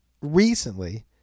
recently